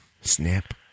Snap